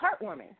heartwarming